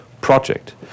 project